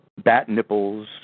Batnipples